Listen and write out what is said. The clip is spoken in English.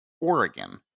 Oregon